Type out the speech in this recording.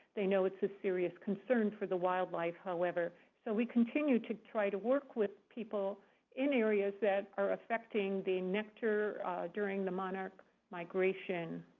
they know it's a serious concern for the wildlife, however. so we continue to try to work with people in areas that are affecting the nectar during the monarch migration.